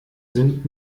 sind